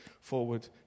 forward